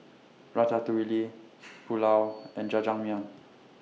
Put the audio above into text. Ratatouille Pulao and Jajangmyeon